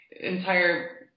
entire